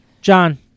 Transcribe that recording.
John